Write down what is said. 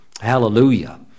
hallelujah